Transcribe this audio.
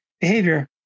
behavior